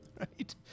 Right